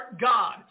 God